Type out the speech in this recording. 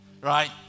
right